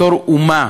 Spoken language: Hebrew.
בתור אומה,